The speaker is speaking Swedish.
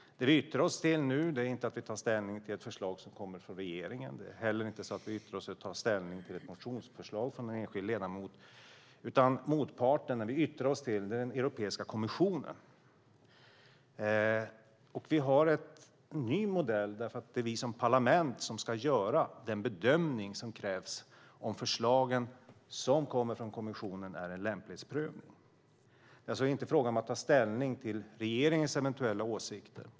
Det vi gör nu är inte att vi yttrar oss eller tar ställning till ett förslag som kommer från regeringen. Det är heller inte så att vi yttrar oss eller tar ställning till ett motionsförslag från en enskild ledamot. Motparten, den vi yttrar oss till, är i stället Europeiska kommissionen. Vi har en ny modell därför att det är vi som parlament som ska göra den bedömning som krävs av om förslagen som kommer från kommissionen är en lämplighetsprövning. Det är alltså inte fråga om att ta ställning till regeringens eventuella åsikter.